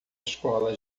escola